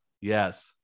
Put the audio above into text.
yes